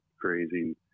crazy